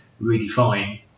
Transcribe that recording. redefine